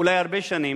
אולי הרבה שנים,